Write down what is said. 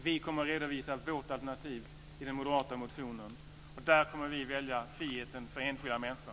Vi kommer att redovisa vårt alternativ i den moderata motionen, och där kommer vi att välja friheten för enskilda människor.